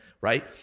right